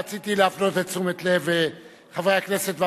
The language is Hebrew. רציתי להפנות את תשומת לב חברי הכנסת והפרוטוקול,